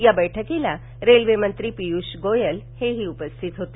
या बैठकीला रेल्वेमंत्र प्रियुष गोयल उपस्थित होते